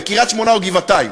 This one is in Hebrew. בקריית-שמונה או בגבעתיים,